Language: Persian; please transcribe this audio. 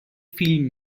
فیلم